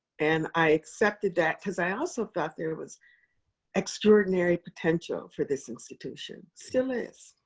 and i accepted that because i also thought there was extraordinary potential for this institution, still is,